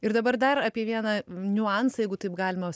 ir dabar dar apie vieną niuansą jeigu taip galima